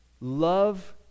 love